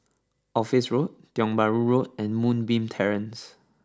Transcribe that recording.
Office Road Tiong Bahru Road and Moonbeam Terrace